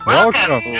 Welcome